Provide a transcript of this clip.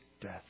death